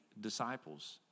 disciples